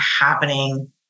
happening